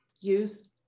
use